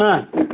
हा